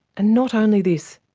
and not only this,